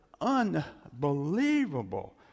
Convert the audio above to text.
unbelievable